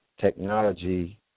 technology